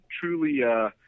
truly